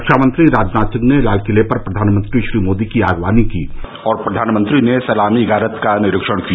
रक्षामंत्री राजनाथ सिंह ने लाल किले पर प्रधानमंत्री श्री मोदी की आगवानी की और प्रधानमंत्री ने सलामी गारद का निरीक्षण किया